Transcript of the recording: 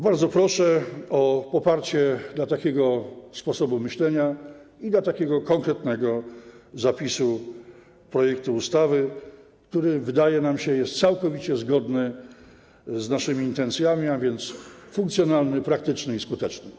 Bardzo proszę o poparcie takiego sposobu myślenia i takiego konkretnego zapisu projektu ustawy, który, jak nam się wydaje, jest całkowicie zgodny z naszymi intencjami, a więc funkcjonalny, praktyczny i skuteczny.